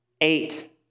eight